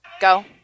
go